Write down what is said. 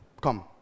come